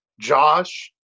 Josh